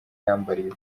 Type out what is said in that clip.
yambariye